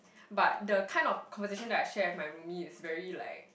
but the kind of conversation that I share with my roomie is very like